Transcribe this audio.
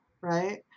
Right